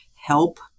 help